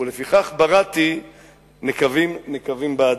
ולפיכך בראתי נקבים נקבים באדם".